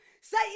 Say